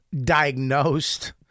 diagnosed